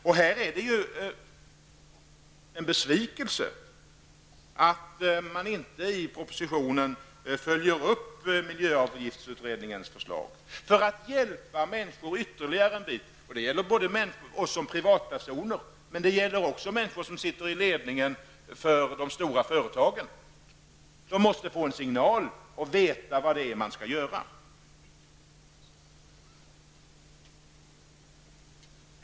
Det är då en besvikelse att man inte i propositionen följer upp miljöavgiftsutredningens förslag för att på så sätt ytterligare en bit hjälpa människor -- det gäller både oss som privatpersoner och människor som sitter i ledningen för de stora företagen. Vi måste få signaler och veta vad det är vi skall göra.